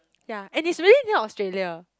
ya and it's really near Australia